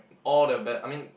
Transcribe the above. all the bad I mean